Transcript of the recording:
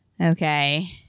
Okay